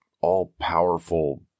all-powerful